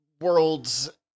worlds